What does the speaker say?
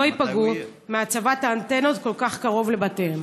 ייפגעו מהצבת האנטנות כל כך קרוב לבתיהם?